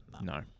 no